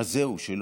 אז זהו, שלא.